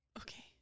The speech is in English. okay